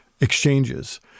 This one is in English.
exchanges